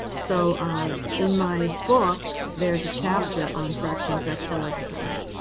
so in my book, there's a chapter on fractional factorial designs.